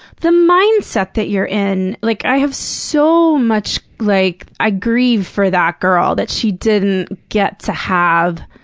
the mindset that you're in like, i have so much like, i grieve for that girl, that she didn't get to have